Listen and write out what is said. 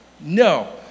no